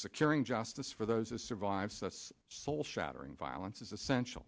securing justice for those who survive such soul shattering violence is essential